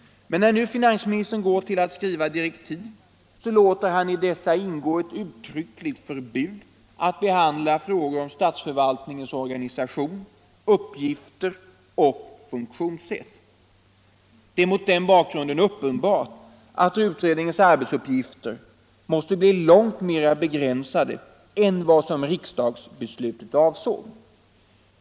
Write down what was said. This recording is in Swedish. Men när nu finansministern går att skriva direktiv låter han i dessa ingå ett uttryckligt förbud för utredningen att behandla frågor om förvaltningens organisation, uppgifter och funktionssätt. Det är mot den bakgrunden uppenbart att utredningens arbetsuppgifter måste bli långt mera begränsade än vad riksdagsbeslutet avsåg.